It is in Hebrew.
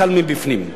קל מבפנים.